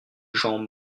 gens